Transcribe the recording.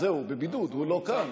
זהו, הוא בבידוד, הוא לא כאן.